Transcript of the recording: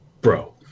bro